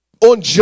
on